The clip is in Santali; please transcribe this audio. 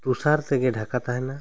ᱛᱩᱥᱟᱨ ᱛᱮᱜᱮ ᱰᱷᱟᱠᱟ ᱛᱟᱦᱮᱱᱟ ᱥᱮ